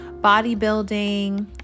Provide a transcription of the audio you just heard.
bodybuilding